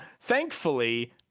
thankfully